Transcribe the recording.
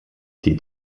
die